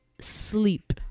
sleep